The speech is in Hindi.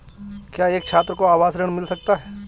क्या एक छात्र को आवास ऋण मिल सकता है?